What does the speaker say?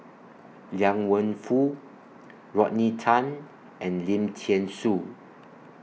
Liang Wenfu Rodney Tan and Lim Thean Soo